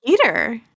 Peter